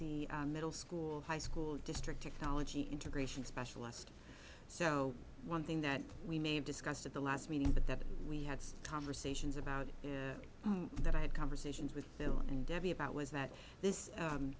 the middle school high school district technology integration specialist so one thing that we may have discussed at the last meeting but that we had conversations about that i had conversations with bill and debbie about was that this